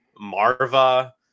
Marva